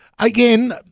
Again